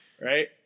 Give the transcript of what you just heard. Right